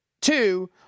Two